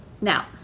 Now